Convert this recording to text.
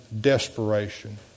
desperation